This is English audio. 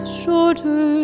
shorter